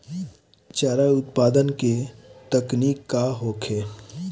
चारा उत्पादन के तकनीक का होखे?